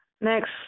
next